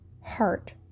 heart